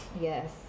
yes